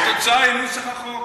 התוצאה היא נוסח החוק.